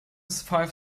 five